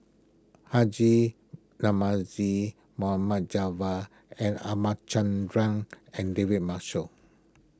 Haji Namazie Mohd and R Ramachandran and David Marshall